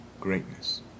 greatness